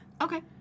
Okay